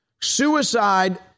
Suicide